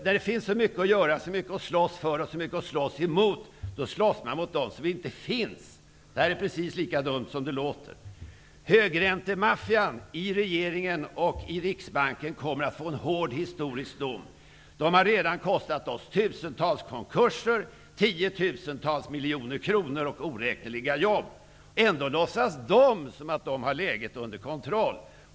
När det finns så mycket att göra, så mycket att slåss för och emot, då slåss man mot det som inte finns. Det är precis lika dumt som det låter. Högräntemaffian i regeringen och i Riksbanken kommer att få en hård historisk dom. Den har redan kostat oss tusentals konkurser, tiotusentals miljoner kronor och oräkneliga jobb. Ändå låtsas den som om den har läget under kontroll.